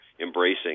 embracing